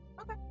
Okay